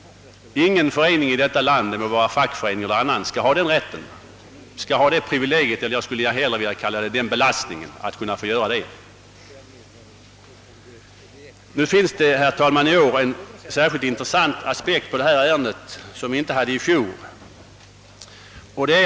Ingen förening i detta land — det må vara fackförening eller annan — skall ha privilegiet eller, som jag hellre skulle vilja säga, belastningen att få göra det. Nu finns, herr talman, i år en särskilt intressant aspekt på detta ärende som vi inte hade i fjol.